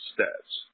Stats